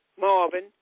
Marvin